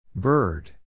Bird